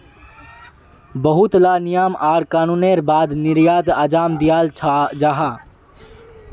बहुत ला नियम आर कानूनेर बाद निर्यात अंजाम दियाल जाहा